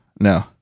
No